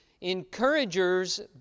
encouragers